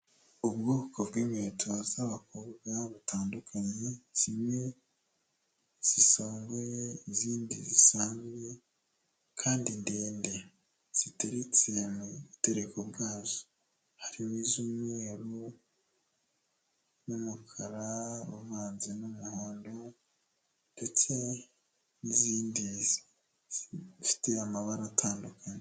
Ubwoko bw'inkweto z'abakobwa batandukanye zimwe zisanzwe izindi zisanzwe kandi ndende, ziteretse mu butereko bwazo harimo iz'umweru n'umukara uvanze n'umuhondo ndetse n'izindi zifite amabara atandukanye.